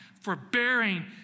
forbearing